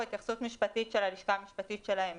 התייחסות משפטית של הלשכה המשפטית שלהם.